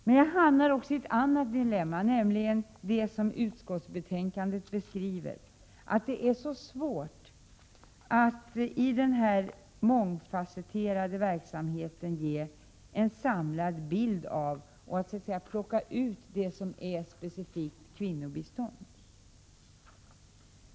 Men jag hamnar också i ett annat dilemma, nämligen det som beskrivs i utskottsbetänkandet: det är så svårt att i den här mångfasetterade verksamheten ge en samlad bild och så att säga plocka ut det som är specifikt kvinnobistånd.